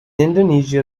indonesia